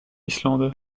islande